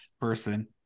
person